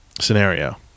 scenario